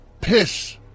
piss